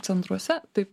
centruose tai